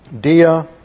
dia